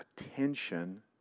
attention